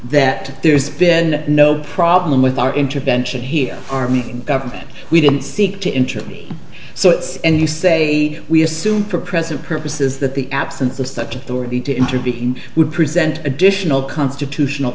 that there's been no problem with our intervention here army government we didn't seek to intervene so it's and you say we assume for present purposes that the absence of such authority to intervene would present additional constitutional